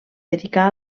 dedicà